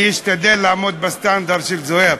אני אשתדל לעמוד בסטנדרט של זוהיר.